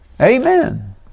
Amen